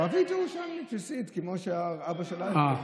ערבית ירושלמית בסיסית, כמו שהאבא שלהם וכו'.